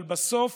אבל בסוף